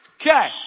Okay